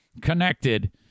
connected